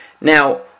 Now